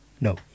No